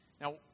Now